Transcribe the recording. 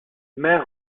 mères